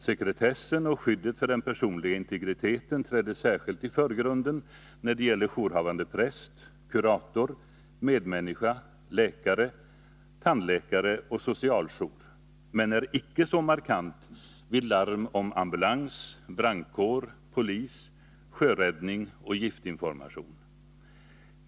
Sekretessen och skyddet för den personliga integriteten träder särskilt i förgrunden när det gäller jourhavande präst, kurator, medmänniska, läkare, tandläkare och socialjour, men är icke så markant vid larm om ambulans, brandkår, polis, sjöräddning och giftinformation.